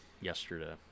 yesterday